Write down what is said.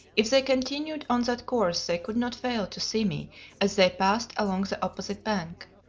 if they continued on that course they could not fail to see me as they passed along the opposite bank.